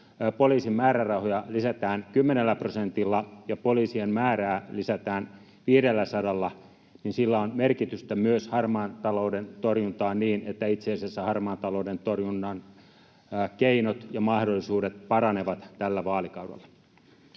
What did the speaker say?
poliisin määrärahoja lisätään 10 prosentilla ja poliisien määrää lisätään 500:lla, niin sillä on merkitystä myös harmaan talouden torjuntaan niin, että itse asiassa harmaan talouden torjunnan keinot ja mahdollisuudet paranevat tällä vaalikaudella?